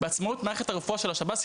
בעצמאות מערכת הרפואה של השב"ס,